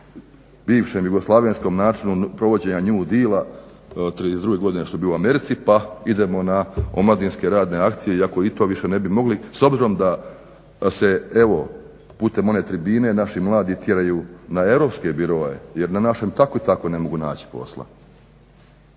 onom bivšem jugoslavenskom načinu provođenju new dila '32.godine što je bio u Americi pa idemo na omladinske radne akcije. Iako i to više ne bi mogli s obzirom da se evo putem one tribine naši mladi tjeraju na europske biroe jer na našem tako i tako ne mogu naći posla.